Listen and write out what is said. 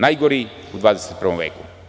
Najgori u 21. veku.